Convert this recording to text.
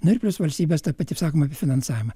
na ir plius valstybės ta kaip sakoma finansavimą